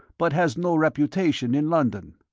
but has no reputation in london.